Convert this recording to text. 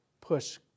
push